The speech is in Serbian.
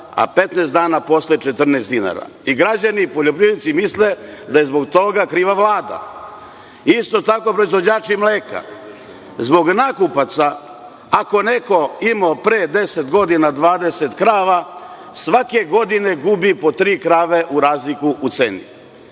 a 15 dana posle 14 dinara. I građani i poljoprivrednici misle da je zbog toga kriva Vlada. Isto tako, proizvođači mleka zbog nakupaca, ako je neko imao pre deset godina 20 krava, svake godine gubi po tri krave kroz razliku u ceni.